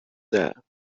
that